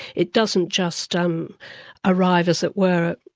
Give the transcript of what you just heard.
it doesn't just um arrive, as it were,